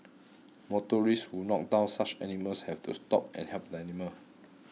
motorists who knocked down such animals have to stop and help animal